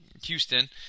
houston